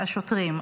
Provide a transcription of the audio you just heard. השוטרים,